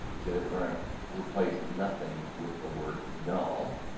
say that we're going to replace nothing with the word null,